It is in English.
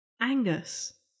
Angus